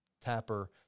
tapper